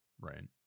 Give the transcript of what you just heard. Right